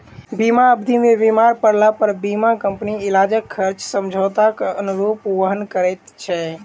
बीमा अवधि मे बीमार पड़लापर बीमा कम्पनी इलाजक खर्च समझौताक अनुरूप वहन करैत छै